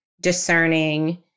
discerning